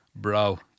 Bro